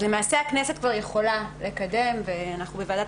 למעשה הכנסת כבר יכולה לקדם את הנושא ואנחנו בוועדת